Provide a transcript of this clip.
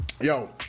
yo